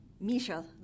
Misha